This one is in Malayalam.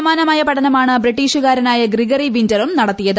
സമാനമായ പഠനമാണ് ബ്രിട്ടീഷുകാരനായ ഗ്രിഗറി വിന്ററും നടത്തിയത്